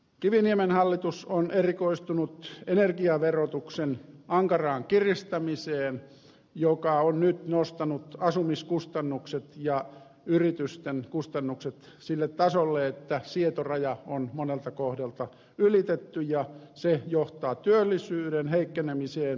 kiviniemen hallitus on erikoistunut energiaverotuksen ankaraan kiristämiseen joka on nyt nostanut asumiskustannukset ja yritysten kustannukset sille tasolle että sietoraja on monelta kohdalta ylitetty ja se johtaa työllisyyden heikkenemiseen ja köyhyyden lisääntymiseen